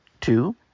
two